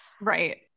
Right